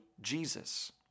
Jesus